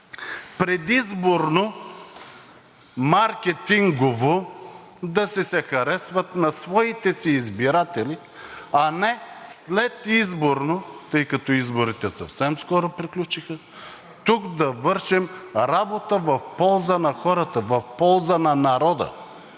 предизборно, маркетингово да си се харесват на своите си избиратели, а не следизборно, тъй като изборите съвсем скоро приключиха, тук да вършим работа в полза на хората, в полза на народа